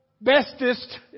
bestest